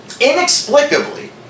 Inexplicably